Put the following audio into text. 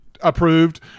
Approved